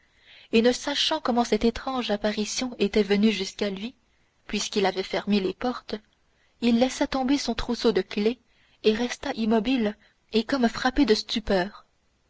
et ne sachant comment cette étrange apparition était venue jusqu'à lui puisqu'il avait fermé les portes il laissa tomber son trousseau de fausses clefs et resta immobile et comme frappé de stupeur